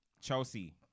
Chelsea